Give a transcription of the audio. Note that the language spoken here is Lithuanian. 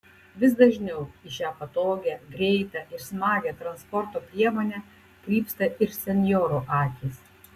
vis dažniau į šią patogią greitą ir smagią transporto priemonę krypsta ir senjorų akys